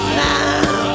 now